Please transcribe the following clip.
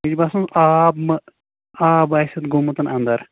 مےٚ چھُ باسَن آب مَہ آب آسہِ اَتھ گوٚمُت اَنٛدَر